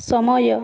ସମୟ